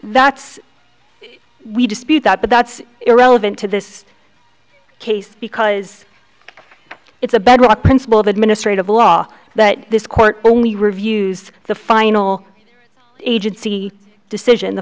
that's we dispute that but that's irrelevant to this case because it's a bedrock principle of administrative law that this court only reviews the final agency decision the